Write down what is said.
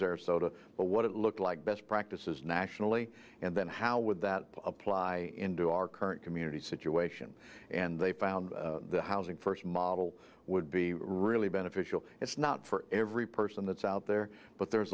sarasota but what it looked like best practices nationally and then how would that apply to our current community situation and they found the housing first model would be really beneficial it's not for every person that's out there but there